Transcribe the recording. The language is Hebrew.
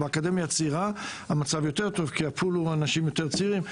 באקדמיה הצעירה המצב יותר טוב כי הפול הוא אנשים יותר צעירים.